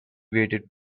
waited